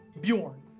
Bjorn